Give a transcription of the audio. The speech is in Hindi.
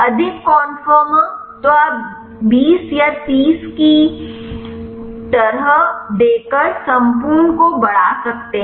अधिक कन्फर्मर तो आप 20 या 30 की तरह देकर संपूर्ण को बढ़ा सकते हैं